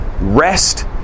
rest